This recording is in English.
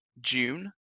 june